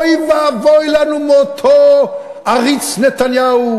אוי ואבוי לנו מאותו עריץ נתניהו,